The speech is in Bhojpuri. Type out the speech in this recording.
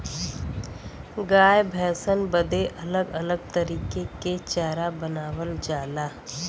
गाय भैसन बदे अलग अलग तरीके के चारा बनावल जाला